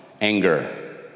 anger